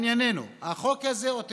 לענייננו, החוק הזה הוא תיקון,